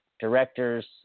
directors